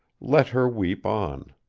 let her weep on.